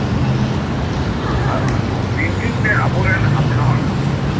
ᱞᱟᱹᱭ ᱫᱟᱹᱧ ᱡᱮ ᱟᱵᱚᱨᱮᱱ ᱦᱟᱯᱲᱟᱢ